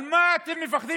על מה אתם מפחדים?